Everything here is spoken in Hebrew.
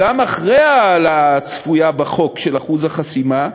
גם אחרי ההעלאה הצפויה בחוק של אחוז החסימה,